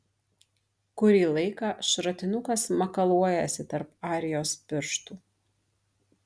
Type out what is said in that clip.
kurį laiką šratinukas makaluojasi tarp arijos pirštų